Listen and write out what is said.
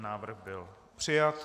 Návrh byl přijat.